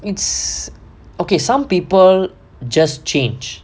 it's okay some people just change